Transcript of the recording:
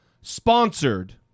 sponsored